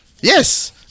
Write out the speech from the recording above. Yes